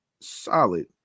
solid